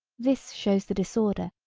this shows the disorder,